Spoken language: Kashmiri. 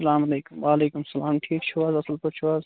اسلام علیکُم وعلیکُم اسلام ٹھیٖک چھِو حظ اَصٕل پٲٹھۍ چھِو حظ